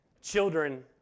children